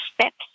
steps